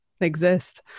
exist